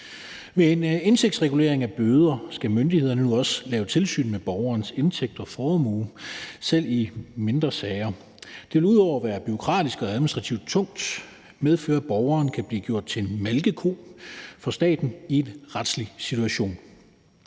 Med en indtægtsregulering af bøder skal myndighederne jo også lave tilsyn med borgerens indtægt og formue selv i mindre sager. Det lyder til at være bureaukratisk og administrativt tungt og vil medføre, at borgeren kan blive gjort til en malkeko for staten i en retslig situation.